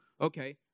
Okay